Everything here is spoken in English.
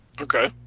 Okay